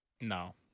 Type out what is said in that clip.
No